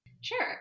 Sure